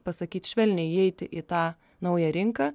pasakyt švelniai įeit į tą naują rinką